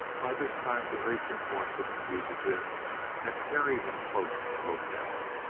by this time the racing horse of the fugitive had carried him close to the hotel,